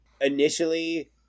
Initially